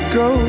go